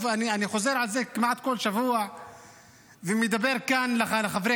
אני חוזר על זה כמעט כל שבוע ומדבר כאן לחברי